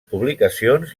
publicacions